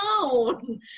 alone